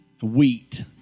wheat